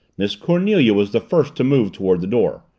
miss cornelia was the first to move toward the door.